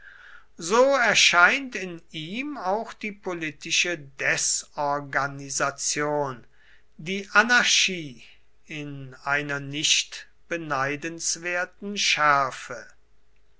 so erscheint in ihm auch die politische desorganisation die anarchie in einer nicht beneidenswerten schärfe